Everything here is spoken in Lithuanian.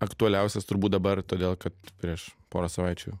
aktualiausias turbūt dabar todėl kad prieš porą savaičių